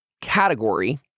category